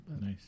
Nice